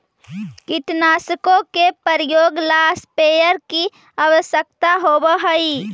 कीटनाशकों के प्रयोग ला स्प्रेयर की आवश्यकता होव हई